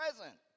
present